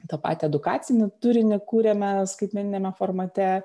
tą patį edukacinį turinį kūrėme skaitmeniniame formate